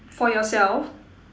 for yourself